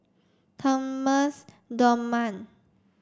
Thomas Dunman